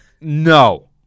no